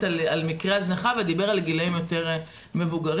על מקרי הזנחה ודיבר על הגילאים היותר מבוגרים.